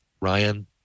Ryan